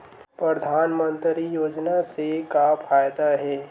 परधानमंतरी योजना से का फ़ायदा हे?